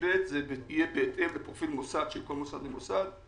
בתשפ"ב זה יהיה בהתאם לפרופיל מוסד של כל מוסד ומוסד,